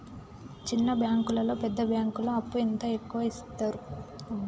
చిన్న బ్యాంకులలో పెద్ద బ్యాంకులో అప్పు ఎంత ఎక్కువ యిత్తరు?